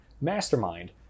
mastermind